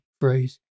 phrase